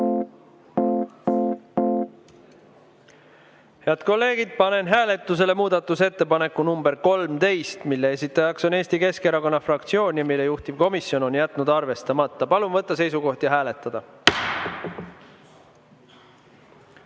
Head kolleegid, panen hääletusele muudatusettepaneku nr 13, mille esitaja on Eesti Keskerakonna fraktsioon ja mille juhtivkomisjon on jätnud arvestamata. Palun võtta seisukoht ja hääletada!